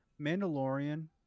mandalorian